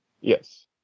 Yes